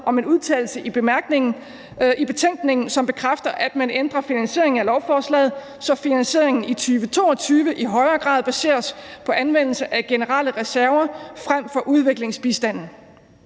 om en udtalelse i betænkningen, som bekræfter, at man ændrer finansieringen af lovforslaget, så finansieringen i 2022 i højere grad baseres på anvendelse af generelle reserver frem for udviklingsbistanden.